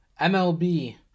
MLB